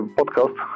podcast